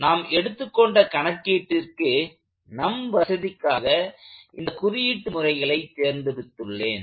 நாம் எடுத்துக் கொண்ட கணக்கீட்டிற்கு நம் வசதிக்காக இந்த குறியீட்டு முறைகளை தேர்ந்தெடுத்துள்ளேன்